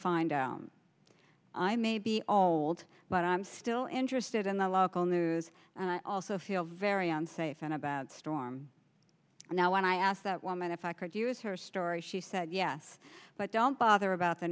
find out i may be old but i'm still interested in the local news and i also feel very unsafe and about storm now when i asked that woman if i could use her story she said yes but don't bother about the